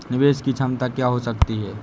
निवेश की क्षमता क्या हो सकती है?